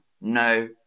no